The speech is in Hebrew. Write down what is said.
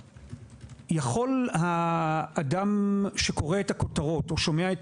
יכול האדם שקורא את הכותרות או שומע את